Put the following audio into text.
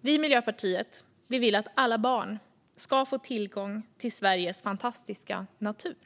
Vi i Miljöpartiet vill att alla barn ska få tillgång till Sveriges fantastiska natur.